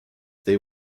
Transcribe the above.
they